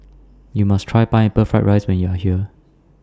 YOU must Try Pineapple Fried Rice when YOU Are here